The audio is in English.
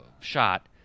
shot